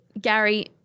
Gary